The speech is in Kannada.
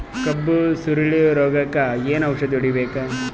ಕಬ್ಬು ಸುರಳೀರೋಗಕ ಏನು ಔಷಧಿ ಹೋಡಿಬೇಕು?